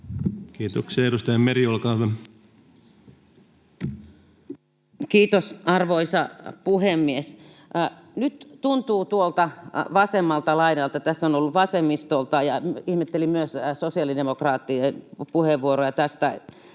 muuttamisesta Time: 14:57 Content: Kiitos, arvoisa puhemies! Nyt tuntuu tuolta vasemmalta laidalta... Tässä on ollut vasemmistolta ja — sitä ihmettelin — myös sosiaalidemokraateilta puheenvuoroja tästä